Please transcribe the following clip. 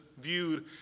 viewed